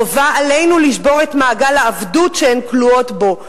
חובה עלינו לשבור את מעגל העבדות שהן כלואות בו,